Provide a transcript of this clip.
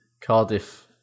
Cardiff